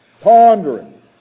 pondering